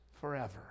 forever